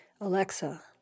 Alexa